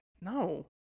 No